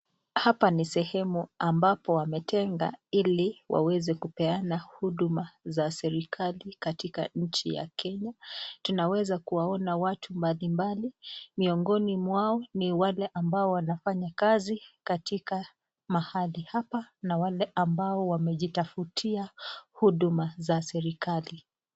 Hapa ni sehemu ambapo wameitenga ili waweze kupeana huduma za serikali katika nchi ya Kenya. Tunaweza kuwaona watu mbali mbali, miongoni mwao ni wale ambao wanafanya kazi katika mahali hapa na wale ambao wamejitafutia huduma za serikali.